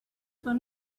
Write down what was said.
phone